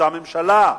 אותה ממשלה,